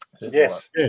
Yes